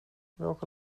welke